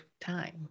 time